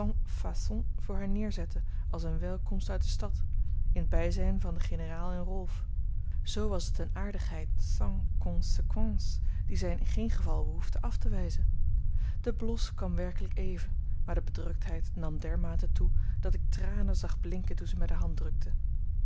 voor haar neerzette als eene welkomst uit de stad in t bijzijn van den generaal en rolf zoo was het eene aardigheid sans conséquence die zij in geen geval behoefde af te wijzen de blos kwam werkelijk even maar de bedruktheid nam dermate toe dat ik tranen zag blinken toen zij mij de hand drukte